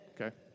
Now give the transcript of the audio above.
okay